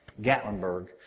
Gatlinburg